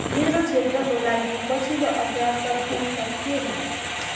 मेरो क्षेत्रको लागि पछिल्लो अपराध तथ्याङ्क के हो